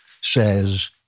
says